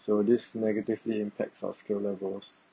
so this negatively impacts our skill levels